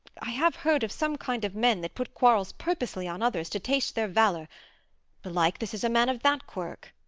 i have heard of some kind of men that put quarrels purposely on others, to taste their valour belike this is a man of that quirk.